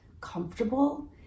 comfortable